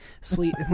sleep